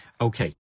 Okay